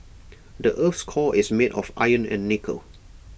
the Earth's core is made of iron and nickel